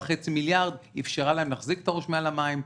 37.5 מיליארד אפשרו להם להחזיק את הראש מעל המים,